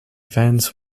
vans